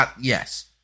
Yes